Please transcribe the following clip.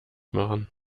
machen